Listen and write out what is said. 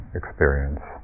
experience